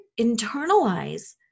internalize